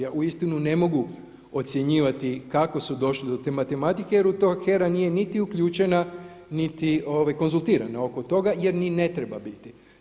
Ja uistinu ne mogu ocjenjivati kako su došli do te matematike jer u to HERA nije niti uključena niti konzultirana oko toga jer ni ne treba biti.